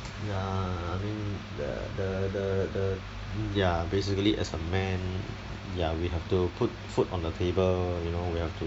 ya I mean the the the the ya basically as a man ya we have to put food on the table you know we have to